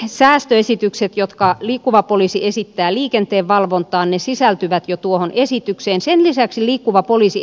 l säästöesitykset jotka liikkuva poliisi esittää liikenteenvalvontaanni sisältyvät jo tuohon esitykseensä lisäksi liikkuva poliisi